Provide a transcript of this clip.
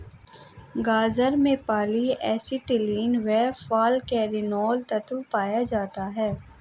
गाजर में polyacetylene व फालकैरिनोल तत्व पाया जाता है